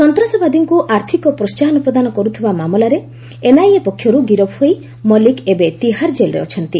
ସନ୍ତାସବାଦୀଙ୍କୁ ଆର୍ଥକ ପ୍ରୋହାହନ ପ୍ରଦାନ କରୁଥିବା ମାମଲାରେ ଏନ୍ଆଇଏ ପକ୍ଷରୁ ଗିରଫ ହୋଇ ମଲିକ୍ ଏବେ ତିହାର୍ କେଲ୍ରେ ଅଛନ୍ତି